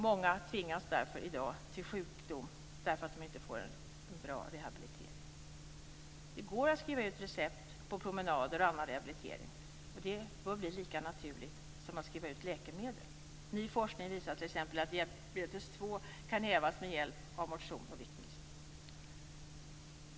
Många tvingas i dag till sjukdom därför att de inte får en bra rehabilitering. Det går att skriva ut recept på promenader och annan rehabilitering, och det bör bli lika naturligt som att skriva ut läkemedel. Ny forskning visar t.ex. att diabetes 2 kan hävas med motion och viktminskning.